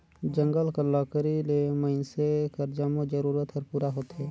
जंगल कर लकरी ले मइनसे कर जम्मो जरूरत हर पूरा होथे